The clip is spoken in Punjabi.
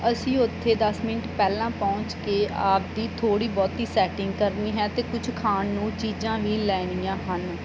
ਅਸੀਂ ਉੱਥੇ ਦਸ ਮਿੰਟ ਪਹਿਲਾਂ ਪਹੁੰਚ ਕੇ ਆਪਦੀ ਥੋੜ੍ਹੀ ਬਹੁਤੀ ਸੈਟਿੰਗ ਕਰਨੀ ਹੈ ਅਤੇ ਕੁਝ ਖਾਣ ਨੂੰ ਚੀਜ਼ਾਂ ਵੀ ਲੈਣੀਆਂ ਹਨ